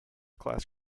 class